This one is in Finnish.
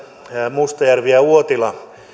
mustajärvi ja uotila puoluetovereille